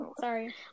Sorry